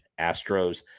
Astros